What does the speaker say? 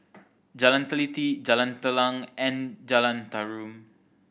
Jalan Teliti Jalan Telang and Jalan Tarum